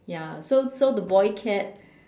ya so so the boy cat